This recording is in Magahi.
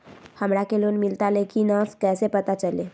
हमरा के लोन मिलता ले की न कैसे पता चलते?